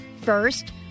First